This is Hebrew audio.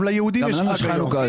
גם ליהודים יש חג היום.